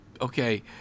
Okay